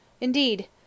Indeed